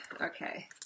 Okay